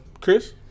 Chris